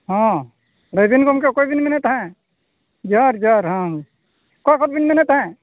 ᱦᱮᱸ ᱞᱟᱹᱭᱫᱟᱹᱧ ᱜᱚᱢᱠᱮ ᱚᱠᱚᱭᱵᱤᱱ ᱢᱮᱱᱮᱫ ᱛᱟᱦᱮᱸᱫ ᱡᱚᱦᱟᱨ ᱡᱚᱦᱟᱨ ᱦᱮᱸ ᱚᱠᱟ ᱠᱷᱚᱡᱵᱤᱱ ᱢᱮᱱᱮᱫ ᱛᱟᱦᱮᱸᱫ